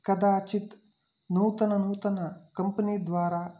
कदाचित् नूतननूतन कम्पनी द्वारा